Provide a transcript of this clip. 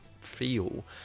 feel